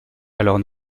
alors